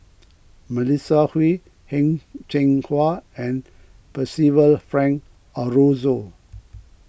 Melissa Kwee Heng Cheng Hwa and Percival Frank Aroozoo